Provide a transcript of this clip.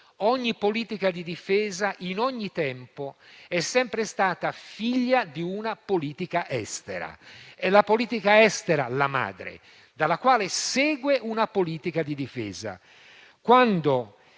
ogni politica di difesa in ogni tempo è sempre stata figlia di una politica estera; è la politica estera la madre, dalla quale segue una politica di difesa.